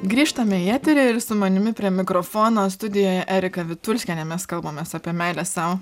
grįžtame į eterį ir su manimi prie mikrofono studijoje erika vitulskienė mes kalbamės apie meilę sau